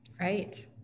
Right